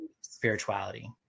spirituality